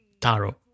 taro